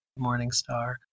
Morningstar